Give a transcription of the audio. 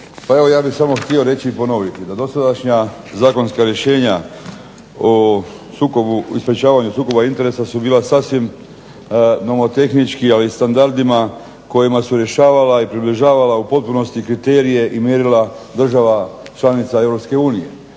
Pa evo ja bih samo htio reći i ponoviti da dosadašnja zakonska rješenja o sukobu i sprječavanju sukoba interesa su bila sasvim nomotehnički ali i standardima kojima su rješavala i približavala u potpunosti kriterije i mjerila država članica